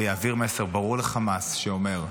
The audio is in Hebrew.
ויעביר מסר ברור לחמאס שאומר: